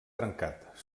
trencat